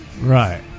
Right